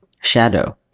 Shadow